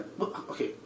Okay